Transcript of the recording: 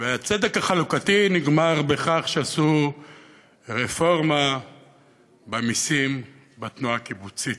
הצדק החלוקתי נגמר בכך שעשו רפורמה במסים בתנועה הקיבוצית.